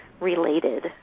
related